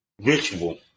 ritual